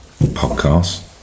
podcast